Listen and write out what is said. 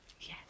Yes